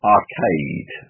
Arcade